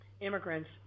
immigrants